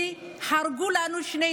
כי הרגו לנו שני